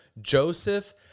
Joseph